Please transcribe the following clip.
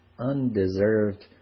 undeserved